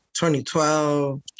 2012